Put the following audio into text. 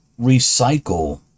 recycle